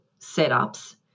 setups